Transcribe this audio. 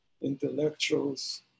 intellectuals